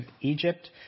Egypt